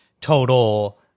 total